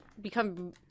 become